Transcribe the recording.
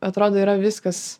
atrodo yra viskas